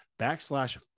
backslash